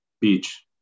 Beach